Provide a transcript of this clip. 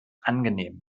angenehm